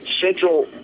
central